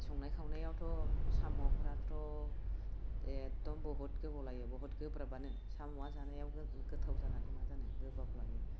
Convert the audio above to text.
संनाय खावनायावथ' साम'फ्राथ' एकदम बुहुत गोबाव लायो बुहुत गोब्राबानो साम'वा जानायाव गो गोथाव जानानै मा जानो गोबाब लायो